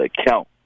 account